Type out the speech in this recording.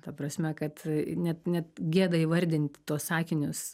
ta prasme kad net ne gėda įvardinti tuos sakinius